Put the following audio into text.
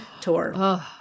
tour